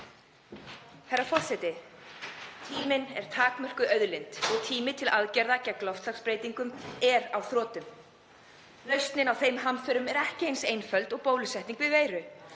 Herra forseti. Tíminn er takmörkuð auðlind og tími til aðgerða gegn loftslagsbreytingum er á þrotum. Lausnin á þeim hamförum er ekki eins einföld og bólusetning við veiru